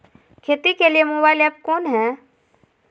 खेती के लिए मोबाइल ऐप कौन है?